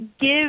give